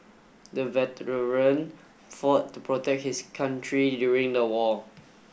the veteran fought to protect his country during the war